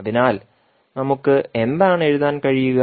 അതിനാൽ നമുക്ക് എന്താണ് എഴുതാൻ കഴിയുക